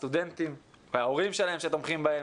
הסטודנטים, וההורים שלהם שתומכים בהם,